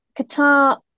Qatar